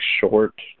short